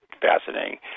fascinating